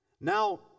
Now